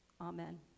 Amen